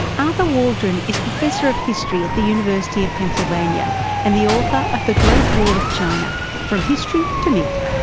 arthur waldron is professor of history at the university of pennsylvania and the author of the great wall of china from history to myth.